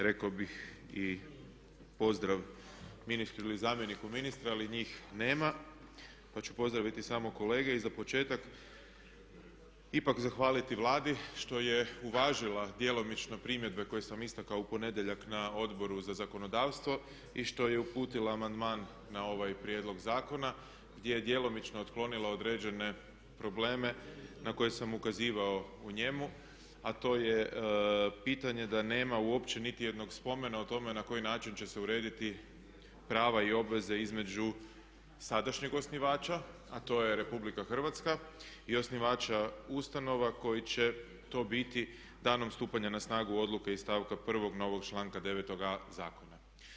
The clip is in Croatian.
Rekao bih i pozdrav ministru ili zamjeniku ministra, ali njih nema, pa ću pozdraviti samo kolege i za početak ipak zahvaliti Vladi što je uvažila djelomično primjedbe koje sam istakao u ponedjeljak na Odboru za zakonodavstvo i što je uputila amandman na ovaj prijedlog zakona gdje je djelomično otklonila određene probleme na koje sam ukazivao u njemu a to je pitanje da nema uopće niti jednog spomena o tome na koji način će se urediti prava i obveze između sadašnjeg osnivača a to je Republika Hrvatska i osnivača ustanova koji će to biti danom stupanja na snagu Odluke iz stavka 1. novog članka 9.a zakona.